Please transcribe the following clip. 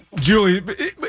Julie